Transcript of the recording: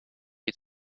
you